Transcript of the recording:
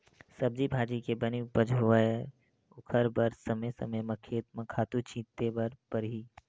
सब्जी भाजी के बने उपज होवय ओखर बर समे समे म खेत म खातू छिते बर परही